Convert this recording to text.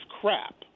crap